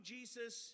Jesus